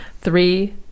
three